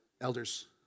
elders